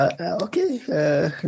Okay